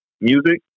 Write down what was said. music